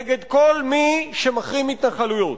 נגד כל מי שמחרים התנחלויות.